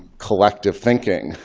collective thinking,